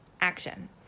action